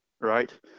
right